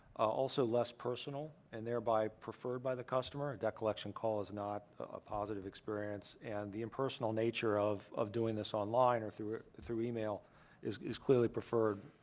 also less personal and thereby preferred by the customer. a debt collection call is not a a positive experience, and the impersonal nature of of doing this online or through through email is is clearly preferred,